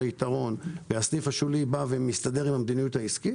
יתרון והסניף השולי מסתדר עם המדיניות העסקית